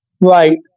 Right